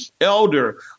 elder